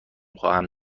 خواهم